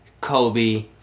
Kobe